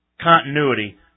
continuity